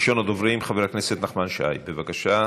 ראשון הדוברים, חבר הכנסת נחמן שי, בבקשה.